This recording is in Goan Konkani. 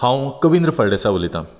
हांव कविंद्र फळदेसाय उलयतां